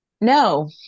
No